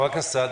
חבר הכנסת סעדי,